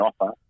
offer